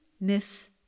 miss